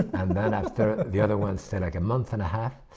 and then after the other one stayed like a month and a half.